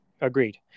Agreed